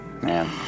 Man